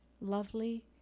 lovely